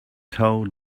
told